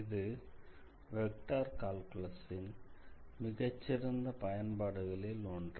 இது vector calculus ன் மிகச்சிறந்த பயன்பாடுகளில் ஒன்று